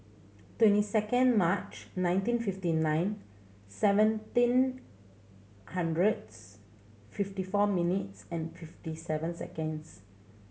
twenty second March nineteen fifty nine seventeen hundreds fifty four minutes and fifty seven seconds